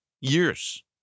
Years